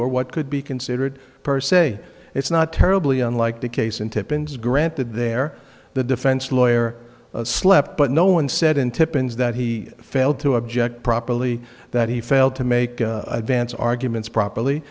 or what could be considered per se it's not terribly unlike the case in tippins granted there the defense lawyer slept but no one said in tippins that he failed to object properly that he failed to make a dance arguments properly